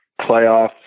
playoff